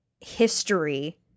history